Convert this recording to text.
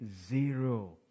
zero